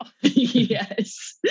Yes